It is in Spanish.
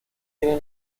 tiene